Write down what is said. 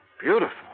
Beautiful